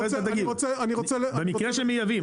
במקרה שמייבאים,